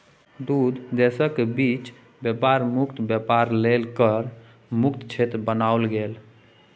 दू देशक बीच बेपार मुक्त बेपार लेल कर मुक्त क्षेत्र बनाओल गेल